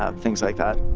ah things like that